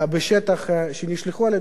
שנשלחו על-ידי ממשלת ישראל,